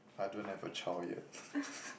I don't have a child yet